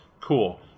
Cool